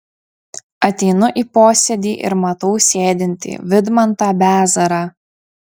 ateinu į posėdį ir matau sėdintį vidmantą bezarą